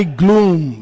gloom